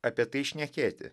apie tai šnekėti